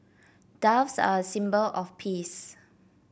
doves are a symbol of peace